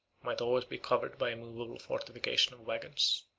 might always be covered by a movable fortification of wagons.